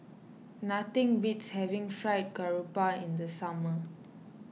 nothing beats having Fried Garoupa in the summer